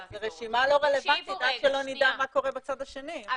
אבל זו רשימה לא רלוונטית עד שלא נדע מה קורה בצד השני.